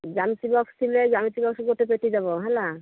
ଜ୍ୟାମିତି box ଥିଲେ ଜ୍ୟାମିତି box ଗୋଟେ ପେଟି ଦେବ ହେଲା